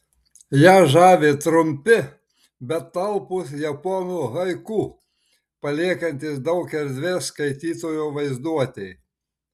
ją žavi trumpi bet talpūs japonų haiku paliekantys daug erdvės skaitytojo vaizduotei